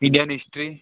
Indian history